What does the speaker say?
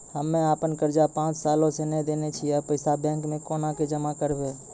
हम्मे आपन कर्जा पांच साल से न देने छी अब पैसा बैंक मे कोना के जमा करबै?